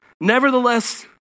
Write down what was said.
Nevertheless